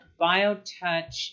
Biotouch